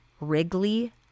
Wrigley